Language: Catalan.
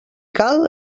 cal